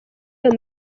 ayo